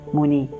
Muni